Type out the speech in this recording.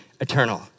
eternal